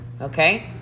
Okay